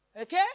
Okay